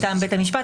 מטעם בית המשפט.